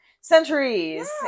centuries